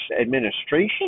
Administration